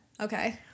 Okay